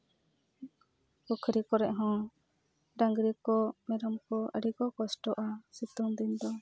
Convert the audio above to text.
ᱯᱩᱠᱷᱨᱤ ᱠᱚᱨᱮ ᱦᱚᱸ ᱰᱟᱝᱨᱤ ᱠᱚ ᱢᱮᱨᱚᱢ ᱠᱚ ᱟᱹᱰᱤ ᱠᱚ ᱠᱚᱥᱴᱚᱜᱼᱟ ᱥᱤᱛᱩᱝ ᱫᱤᱱ ᱫᱚ